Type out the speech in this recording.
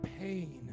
pain